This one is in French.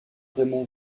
raymond